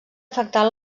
afectar